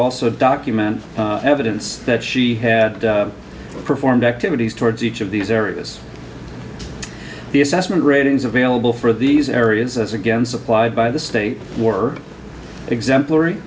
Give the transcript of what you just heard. also document evidence that she had performed activities towards each of these areas the assessment ratings available for these areas as again supplied by the state were exemplary